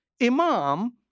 imam